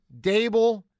Dable